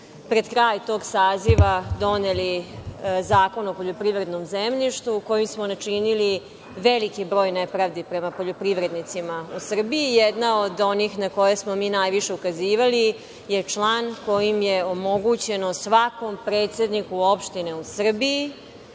pred kraj tog saziva doneli Zakon o poljoprivrednom zemljištu, kojim smo načinili veliki broj nepravdi prema poljoprivrednicima u Srbiji. Jedna od onih na koje smo mi najviše ukazivali je član kojim je omogućeno svakom predsedniku opštine u Srbiji